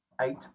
eight